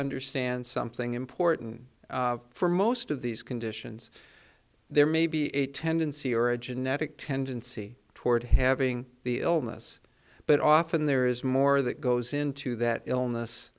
understand something important for most of these conditions there may be a tendency or a genetic tendency toward having the illness but often there is more that goes into that illness